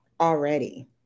already